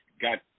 got